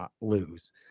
lose